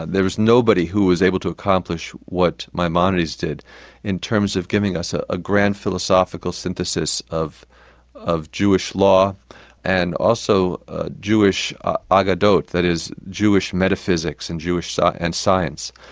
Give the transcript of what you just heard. there was nobody who was able to accomplish what maimonides did in terms of giving us a ah grand philosophical synthesis of of jewish law and also ah jewish aggadah, that is, jewish metaphysics and jewish so and science.